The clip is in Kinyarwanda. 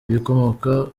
ibikomoka